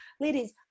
ladies